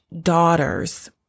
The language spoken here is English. daughters